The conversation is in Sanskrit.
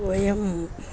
वयम्